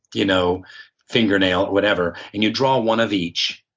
you know finger nail, whatever. and you draw one of each.